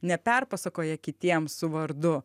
neperpasakoja kitiems su vardu